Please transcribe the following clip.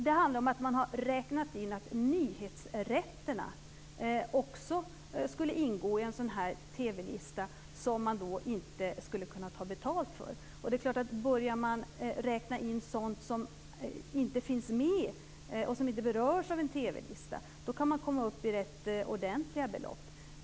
Det handlar om att man har räknat in att nyhetsrätterna också skulle ingå i en sådan här TV-lista, och det skulle man då inte kunna ta betalt för. Börjar man räkna in sådant som inte finns med och som inte berörs av en TV-lista kan man komma upp i ganska ordentliga belopp.